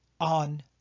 on